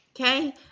okay